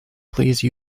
please